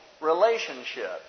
relationship